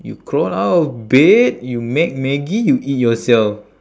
you crawl out of bed you make maggi you eat yourself